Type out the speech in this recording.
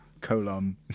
colon